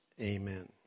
Amen